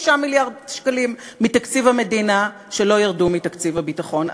מיליארד שקלים מתקציב המדינה שלא ירדו מתקציב הביטחון,